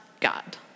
God